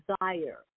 desire